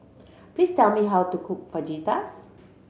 please tell me how to cook Fajitas